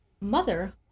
mother